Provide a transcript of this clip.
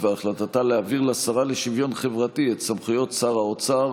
בדבר החלטתה להעביר לשרה לשוויון חברתי את סמכויות שר האוצר